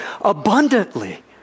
abundantly